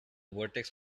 vertex